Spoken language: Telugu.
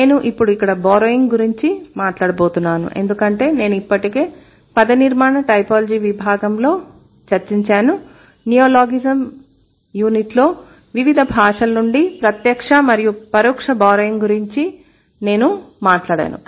నేను ఇప్పుడు ఇక్కడ బారోయింగ్ గురించి మాట్లాడబోతున్నాను ఎందుకంటే నేను ఇప్పటికే పదనిర్మాణ టైపోలాజీ విభాగంలో చర్చించాను నియోలాగిజం యూనిట్లో వివిధ భాషల నుండి ప్రత్యక్ష మరియు పరోక్ష బారోయింగ్ గురించి నేను మాట్లాడాను